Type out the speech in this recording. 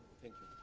thank you,